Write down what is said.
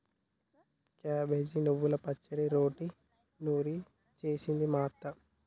cabbage నువ్వల పచ్చడి రోట్లో నూరి చేస్తది మా అత్త